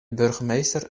burgemeester